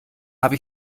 habe